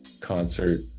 concert